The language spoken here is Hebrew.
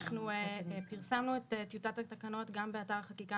אנחנו פרסמנו את טיוטת התקנות גם באתר החקיקה